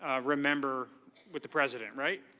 ah remember with the president, right?